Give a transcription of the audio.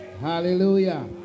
Hallelujah